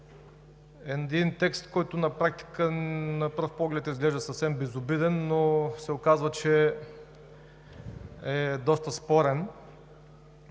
един текст, който на пръв поглед изглежда съвсем безобиден, но се оказва, че е доста спорен.